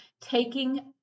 Taking